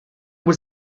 was